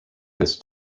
this